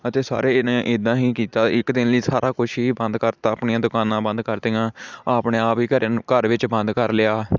ਅਤੇ ਸਾਰਿਆਂ ਨੇ ਇੱਦਾਂ ਹੀ ਕੀਤਾ ਇੱਕ ਦਿਨ ਲਈ ਸਾਰਾ ਕੁਛ ਹੀ ਬੰਦ ਕਰਤਾ ਆਪਣੀਆਂ ਦੁਕਾਨਾਂ ਬੰਦ ਕਰਤੀਆਂ ਆਪਣੇ ਆਪ ਹੀ ਘਰ ਨੂੰ ਘਰ ਵਿੱਚ ਬੰਦ ਕਰ ਲਿਆ